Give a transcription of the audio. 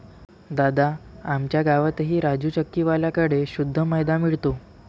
दादा, आमच्या गावातही राजू चक्की वाल्या कड़े शुद्ध मैदा मिळतो